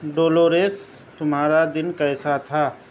Dolores تمہارا دن کیسا تھا